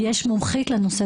כי יש מומחית לנושא,